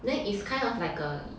then it's kind of like a